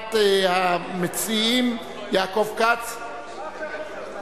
יועבר ליושב-ראש ועדת הכנסת,